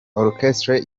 orchestre